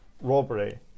robbery